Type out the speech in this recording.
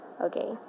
Okay